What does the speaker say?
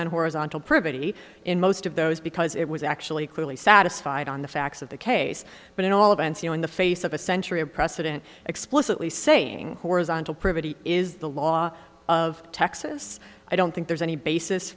on horizontal privity in most of those because it was actually clearly satisfied on the facts of the case but in all events you know in the face of a century of precedent explicitly saying horizontal privity is the law of texas i don't think there's any basis